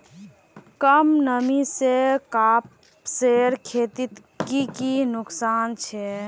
कम नमी से कपासेर खेतीत की की नुकसान छे?